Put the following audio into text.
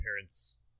parents